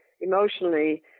emotionally